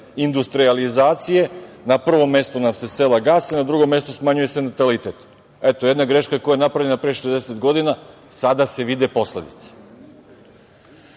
industrijalizacije na prvom mestu nam se sela gase a na drugom mestu se smanjuje natalitet. Eto, jedna greška koja je napravljena pre 60 godina, sada se vide posledice. Statistika